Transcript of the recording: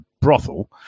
brothel